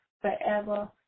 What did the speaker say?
forever